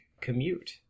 commute